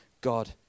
God